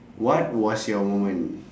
what was your moment